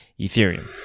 Ethereum